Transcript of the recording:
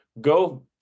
go